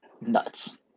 nuts